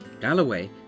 Galloway